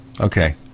Okay